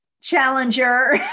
challenger